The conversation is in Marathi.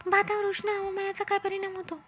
भातावर उष्ण हवामानाचा काय परिणाम होतो?